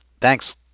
Thanks